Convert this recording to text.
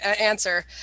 answer